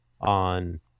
on